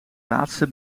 laatste